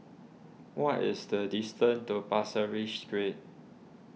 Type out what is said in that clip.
what is the distance to Pasir Ris Street